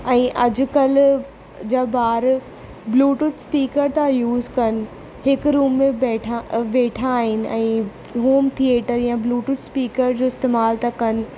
ऐं अॼुकल्ह जा ॿार ब्लूटूथ स्पीकर था यूस कनि हिक रूम में बेठा वेठा आहिनि ऐं रूम थिएटर या ब्लूटूथ स्पीकर जो इस्तेमालु था कनि